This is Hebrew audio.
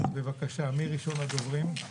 בבקשה, מי ראשון הדוברים?